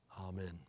Amen